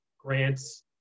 grants